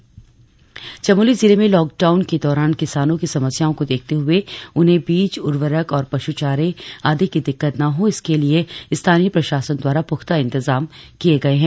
चमोली किसान राहत चमोली जिले में लॉक डाउन के दौरान किसानों की समस्याओं को देखते हुए उन्हें बीज उर्वरक और पशुचारे अदि की दिक्कते न हो इसके लिए स्थानीय प्रशासन द्वारा पुख्ता इंतजाम किए गए है